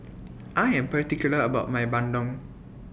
I Am particular about My Bandung